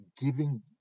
giving